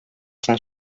cent